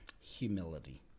humility